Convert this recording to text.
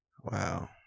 Wow